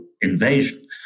invasion